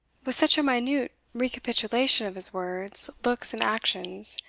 with such a minute recapitulation of his words, looks, and actions,